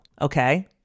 Okay